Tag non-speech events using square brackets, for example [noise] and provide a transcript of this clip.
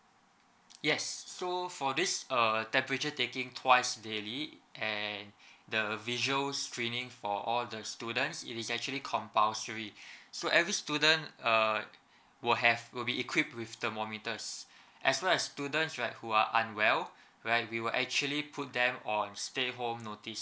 yes so for this err temperature taking twice daily and the visual streaming for all the students it is actually compulsory [breath] so every student err will have will be equipped with thermometers as well as students right who are unwell right we will actually put them on stay notice